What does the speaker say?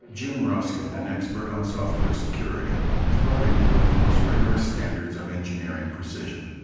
jim roskind an expert on software security is brought in to enforce rigorous standards of engineering precision.